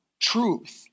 truth